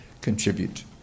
contribute